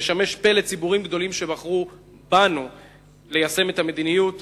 ולשמש פה לציבורים גדולים שבחרו בנו ליישם את המדיניות